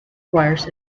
choirs